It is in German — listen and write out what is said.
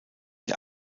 der